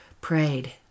prayed